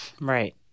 Right